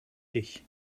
dich